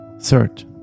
Third